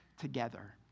together